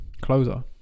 closer